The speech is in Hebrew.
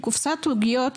קופסת עוגיות,